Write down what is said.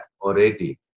already